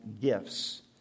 gifts